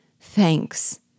Thanks